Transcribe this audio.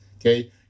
Okay